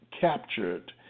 captured